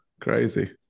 Crazy